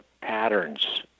patterns